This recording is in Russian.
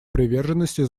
приверженности